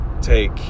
Take